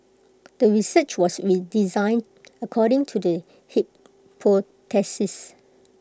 the research was designed according to the hypothesis